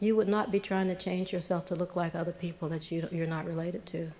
you would not be trying to change yourself to look like other people that you're not related to